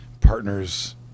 partners